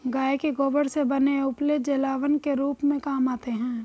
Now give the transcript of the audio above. गाय के गोबर से बने उपले जलावन के रूप में काम आते हैं